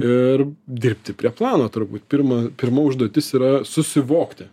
ir dirbti prie plano turbūt pirma pirma užduotis yra susivokti